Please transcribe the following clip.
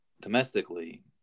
domestically